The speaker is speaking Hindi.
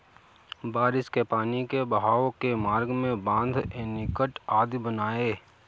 बारिश के पानी के बहाव के मार्ग में बाँध, एनीकट आदि बनाए